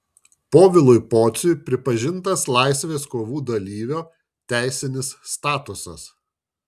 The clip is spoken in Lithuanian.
povilui pociui pripažintas laisvės kovų dalyvio teisinis statusas